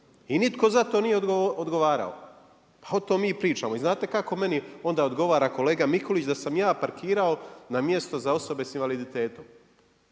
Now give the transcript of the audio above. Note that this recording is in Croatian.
I nitko za to nije odgovarao! Pa o tom mi pričamo. I znate kako meni onda odgovara kolega Mikulić, da sam ja parkirao na mjesto za osobe sa invaliditetom.